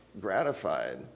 gratified